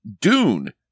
dune